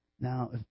Now